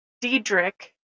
Diedrich